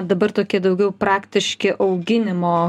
dabar tokie daugiau praktiški auginimo